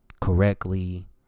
correctly